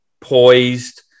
poised